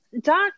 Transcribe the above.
Doc